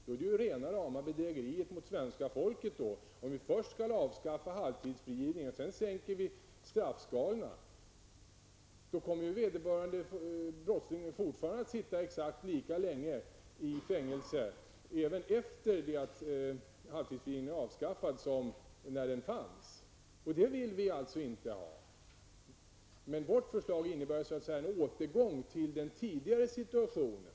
Det är ju rena rama bedrägeriet mot svenska folket om vi först skulle avskaffa halvtidsfrigivningen och sedan sänka straffskalorna. Det skulle ju nämligen innebära att brottslingen sitter inne exakt lika länge efter det att halvtidsfrigivningen avskaffats som när den fanns. Det vill vi alltså inte. Vårt förslag innebär en återgång till den tidigare situationen.